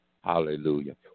hallelujah